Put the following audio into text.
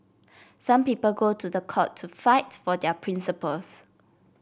some people go to the court to fight for their principles